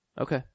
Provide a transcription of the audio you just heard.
Okay